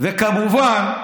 וכמובן,